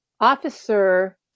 officer